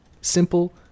Simple